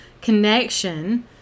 connection